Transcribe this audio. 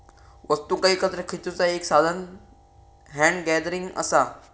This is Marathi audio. वस्तुंका एकत्र खेचुचा एक साधान हॅन्ड गॅदरिंग असा